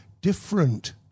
different